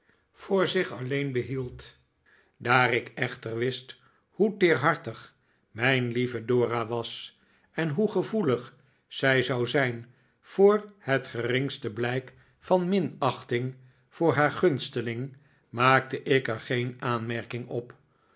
voor zich alleen behield daar ik echter wist hoe teerhartig mijn lieve dora was en hoe gevoelig zij zou zijn voor het geringste blijk van minachting voor haar gunsteling maakte ik er geen aanmerking op